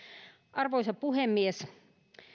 arvoisa puhemies